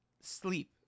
sleep